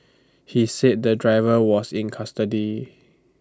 he said the driver was in custody